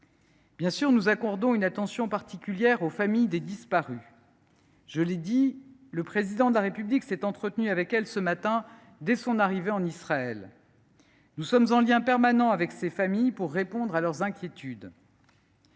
Bien sûr, nous accordons une attention particulière aux familles des disparus. Je l’ai dit, le Président de la République s’est entretenu avec elles ce matin, dès son arrivée en Israël. Nous sommes en lien permanent avec ces familles pour répondre à leurs inquiétudes.